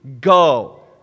go